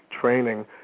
training